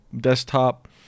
desktop